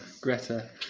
Greta